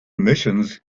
missions